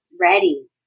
ready